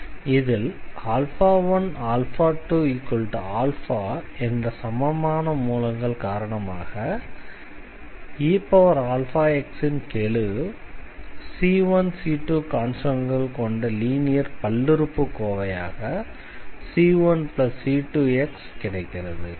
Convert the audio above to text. இதில் 12α என்ற சமமான மூலங்கள் காரணமாக eαx ன் கெழு c1 c2 கான்ஸ்டண்ட்கள் கொண்ட லீனியர் பல்லுறுப்புக்கோவையாக c1c2x கிடைக்கிறது